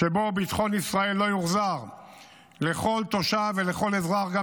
שבו ביטחון ישראל לא יוחזר לכל תושב ולכל אזרח,